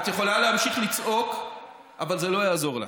את יכולה להמשיך לצעוק אבל זה לא יעזור לך.